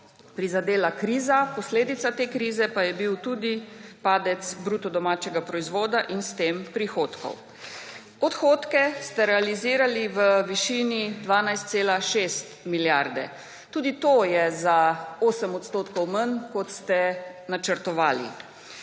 prizadela kriza, posledica te krize pa je bil tudi padec BDP in s tem prihodkov. Odhodke ste realizirali v višini 12,6 milijarde. Tudi to je za 8 % manj, kot ste načrtovali.